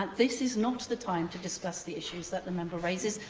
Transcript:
this is not the time to discuss the issues that the member raises.